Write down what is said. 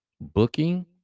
booking